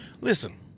Listen